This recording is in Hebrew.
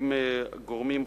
עם גורמים חרדיים.